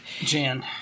Jan